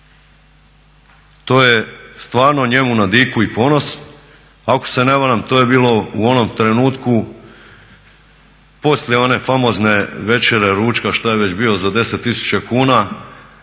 To je stvarno njemu na diku i ponos. Ako se ne varam to je bilo u onom trenutku poslije one famozne večere, ručka šta je već bilo za 10 tisuća